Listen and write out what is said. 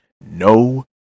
No